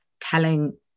telling